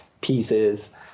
pieces